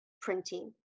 printing